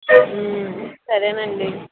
సరే నండి